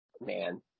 Man